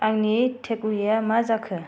आंनि टेकवेआ मा जाखो